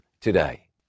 today